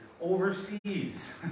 overseas